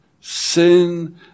Sin